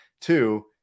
two